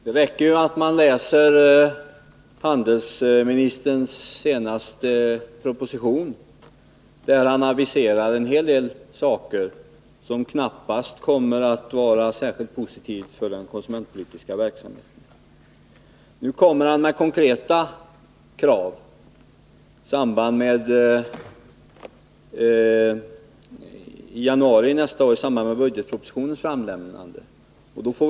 Det räcker att man läser handelsministerns senaste proposition, där han aviserar en hel del åtgärder som knappast kommer att vara särskilt positiva för den konsumentpolitiska verksamheten. I budgetpropositionen kommer han att framlägga konkreta krav.